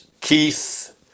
Keith